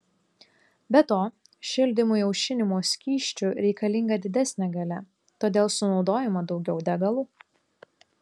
be to šildymui aušinimo skysčiu reikalinga didesnė galia todėl sunaudojama daugiau degalų